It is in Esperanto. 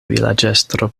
vilaĝestro